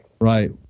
Right